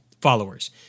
followers